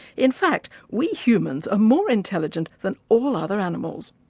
in fact, we humans are more intelligent than all other animals.